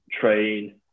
train